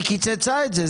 היא קיצצה את זה.